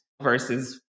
versus